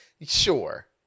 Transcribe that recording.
Sure